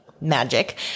magic